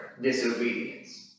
disobedience